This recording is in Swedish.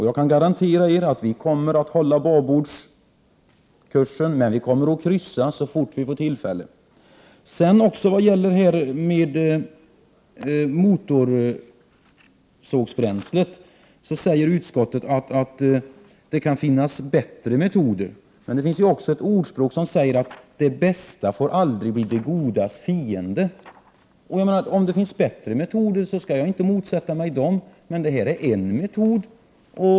Jag kan garantera att vi kommer att hålla babordskursen, men vi kommer att kryssa så snart vi får tillfälle. Om motorsågsbränslet skriver utskottet att det kan finnas bättre metoder, men det finns ju också ett ordspråk som säger att det bästa aldrig får bli det godas fiende. Finns det bättre metoder skall jag inte motsätta mig dem. Men det här är en metod.